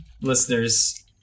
listeners